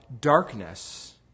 darkness